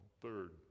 third